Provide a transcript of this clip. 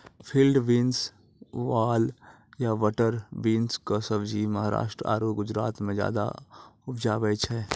field beans, वाल या butter bean कॅ सब्जी महाराष्ट्र आरो गुजरात मॅ ज्यादा उपजावे छै